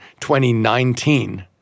2019